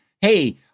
hey